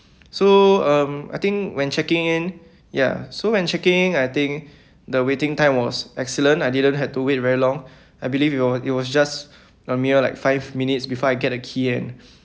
so um I think when checking in ya so when checking in I think the waiting time was excellent I didn't had to wait very long I believe it was it was just a mere like five minutes before I get a key and